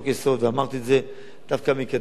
דווקא מקדימה, אולי גם ממפלגות אחרות.